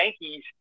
Yankees